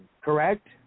Correct